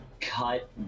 cut